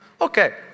Okay